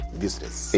business